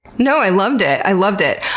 no, i loved it. i loved it.